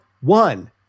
one